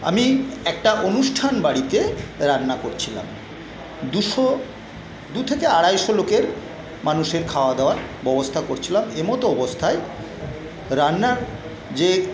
আমি একটা অনুষ্ঠান বাড়িতে রান্না করছিলাম দুশো দু থেকে আড়াইশো লোকের মানুষের খাওয়া দাওয়ার ব্যবস্থা করছিলাম এমত অবস্থায় রান্নার যে